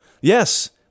Yes